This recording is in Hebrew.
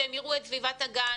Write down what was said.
שהם יראו את סביבת הגן,